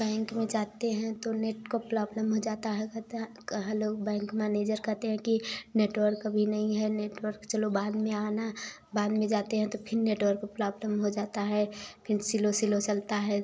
bank में जाते हैं तो नेट का प्रॉब्लम हो जाता है कहा लोग बैंक मैनेजर कहते हैं कि नेटवर्क अभी नहीं है नेटवर्क चलो बाद में आना बाद में जाते हैं तो फिर नेटवर्क प्रॉब्लम हो जाता है फिर सिलो सिलो चलता है